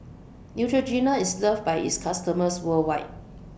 Neutrogena IS loved By its customers worldwide